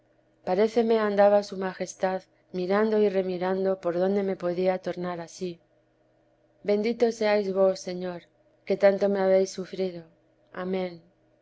buenos paréceme andaba su majestad mirando y remirando por dónde me podía tornar a sí bendito seáis vos señor que tanto me habéis sufrido amén